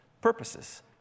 purposes